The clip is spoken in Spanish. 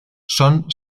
son